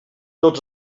tots